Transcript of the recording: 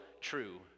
true